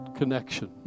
connection